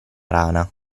rana